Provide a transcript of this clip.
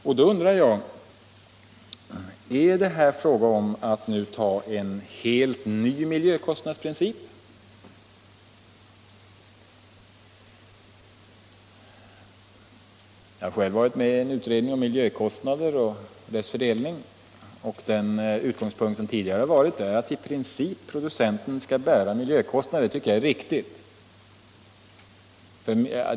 Jag undrar om det här är fråga om att införa en helt ny miljökostnadsprincip. Jag har själv varit med om en utredning om miljökostnader och deras fördelning och vet, att den utgångspunkt som gällt varit att producenten i princip skall bära miljökostnaden. Det tycker jag är riktigt.